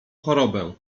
chorobę